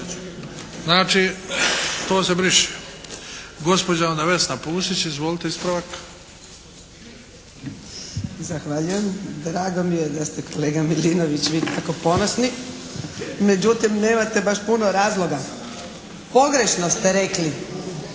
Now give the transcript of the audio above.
Znači to se briše. Gospođa onda Vesna Pusić. Izvolite, ispravak. **Pusić, Vesna (HNS)** Zahvaljujem. Drago mi je da ste kolega Milinović vi tako ponosni. Međutim nemate baš puno razloga. Pogrešno ste rekli